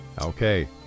Okay